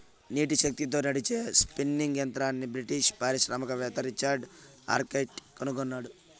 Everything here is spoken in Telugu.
నీటి శక్తితో నడిచే స్పిన్నింగ్ యంత్రంని బ్రిటిష్ పారిశ్రామికవేత్త రిచర్డ్ ఆర్క్రైట్ కనుగొన్నాడు